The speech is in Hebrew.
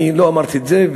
אני לא אמרתי את זה,